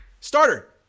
Starter